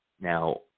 Now